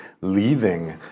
leaving